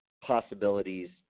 possibilities